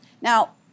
Now